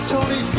Tony